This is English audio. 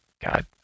God